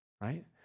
right